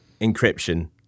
encryption